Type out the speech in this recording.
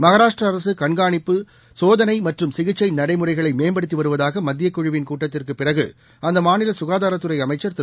மகாராஷ்டிராஅரசுகண்காணிப்பு சோதனைமற்றும் சிகிச்சைநடை முறைகளைமேம்படுத்திவருவதாகமத்தியக்குழுவின் கூட்டத்திற்குபிறகுஅந்தமாநிலசுகாதாரத்துறைஅமைச்சா் திரு